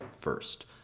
first